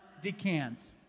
decant